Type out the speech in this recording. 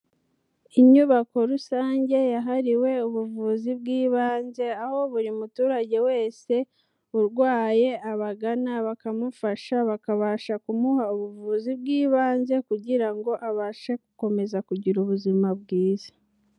Inyubako rusange yahariwe ubuvuzi bw'ibanze, aho buri muturage wese urwaye abagana bakamufasha, bakabasha kumuha ubuvuzi bw'ibanze kugira ngo abashe gukomeza kugira ubuzima bwiza.